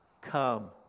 come